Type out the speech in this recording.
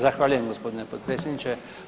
Zahvaljujem gospodine potpredsjedniče.